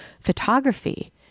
photography